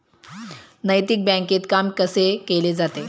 नैतिक बँकेत काम कसे केले जाते?